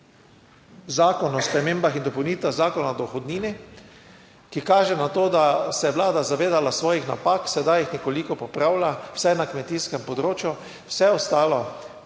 Zakon o spremembah in dopolnitvah Zakona o dohodnini, ki kaže na to, da se je Vlada zavedala svojih napak, sedaj jih nekoliko popravlja, vsaj na kmetijskem področju, vse ostalo